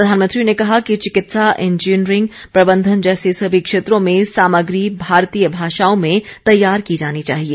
प्रधानमंत्री ने कहा कि चिकित्सा इंजीनियरिंग प्रबंधन जैसे सभी क्षेत्रों में सामग्री भारतीय भाषाओं में तैयार की जानी चाहिए